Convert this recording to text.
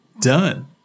Done